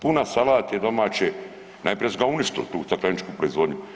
Puna salate domaće, najprije su ga uništili tu stakleničku proizvodnju.